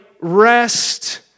rest